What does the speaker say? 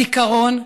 הזיכרון,